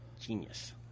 Genius